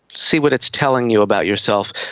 see what it's telling you about yourself,